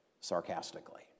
sarcastically